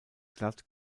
glatt